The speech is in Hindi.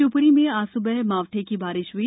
शिवपुरी में आज सुबह मावठ की बारिश हुई